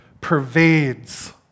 pervades